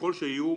ככל שיהיו.